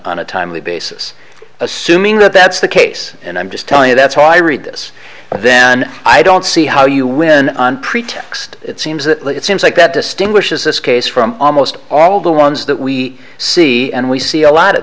on a timely basis assuming that that's the case and i'm just telling you that's why i read this then i don't see how you win on pretext it seems that it seems like that distinguishes this case from almost all of the ones that we see and we see a lot of